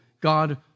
God